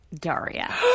Daria